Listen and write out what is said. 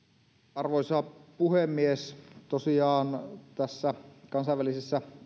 arvoisa puhemies tosiaan tässä kansanvälisessä